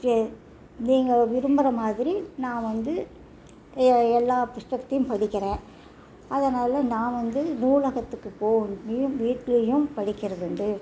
நீங்கள் விரும்புகிற மாதிரி நான் வந்து எல்லா புத்தகத்தையும் படிக்கிறேன் அதனால் நான் வந்து நூலகத்துக்கு போய் வீட்லேயும் படிக்கிறதுண்டு